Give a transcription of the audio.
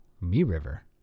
me-River